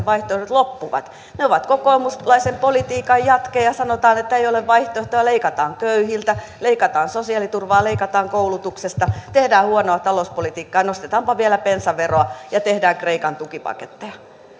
vaihtoehdot loppuvat he ovat kokoomuslaisen politiikan jatke ja sanotaan että ei ole vaihtoehtoja leikataan köyhiltä leikataan sosiaaliturvaa leikataan koulutuksesta tehdään huonoa talouspolitiikkaa nostetaanpa vielä bensaveroa ja tehdään kreikan tukipaketteja